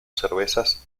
cervezas